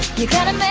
you gotta